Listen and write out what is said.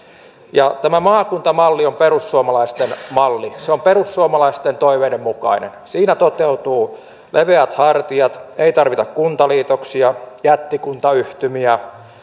ja tämä maakuntamalli on perussuomalaisten malli se on perussuomalaisten toiveiden mukainen siinä toteutuu leveät hartiat ei tarvita kuntaliitoksia jättikuntayhtymiä integ